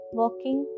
walking